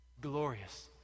glorious